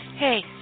Hey